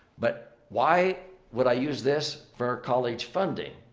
but why would i use this for college funding?